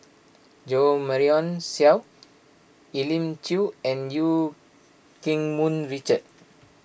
Jo Marion Seow Elim Chew and Eu Keng Mun Richard